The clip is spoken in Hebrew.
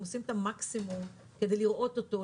עושים את המקסימום כדי לראות אותו,